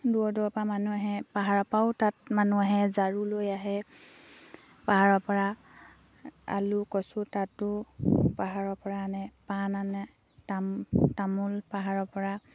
দূৰৰ দূৰৰপৰা মানুহ আহে পাহাৰৰপৰাও তাত মানুহ আহে ঝাৰু লৈ আহে পাহাৰৰপৰা আলু কচু তাতো পাহাৰৰপৰা আনে পাণ আনে তামোল পাহাৰৰপৰা